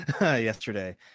yesterday